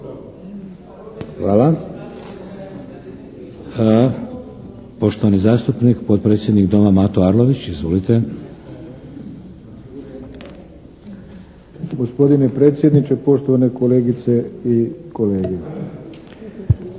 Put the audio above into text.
Hvala. Poštovani zastupnik, potpredsjednik Doma Mato Arlović. Izvolite. **Arlović, Mato (SDP)** Gospodine predsjedniče, poštovane kolegice i kolege.